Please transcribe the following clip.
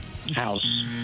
House